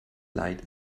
leid